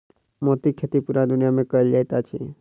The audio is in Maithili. मोतीक खेती पूरा दुनिया मे कयल जाइत अछि